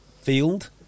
field